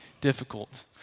difficult